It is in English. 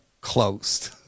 closed